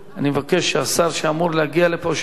אני מבקש שהשר שאמור להגיע לפה, שיגיע.